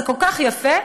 זה כל כך יפה.